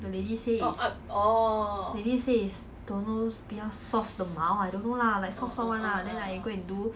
the lady say is the lady say is don't know those 比较 soft 的毛 I don't know lah like soft soft [one] ah then you go and do